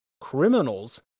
criminals